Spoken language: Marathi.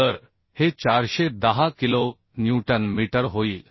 तर हे 410 किलो न्यूटन मीटर होईल